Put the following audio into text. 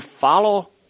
follow